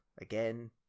again